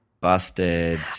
Busted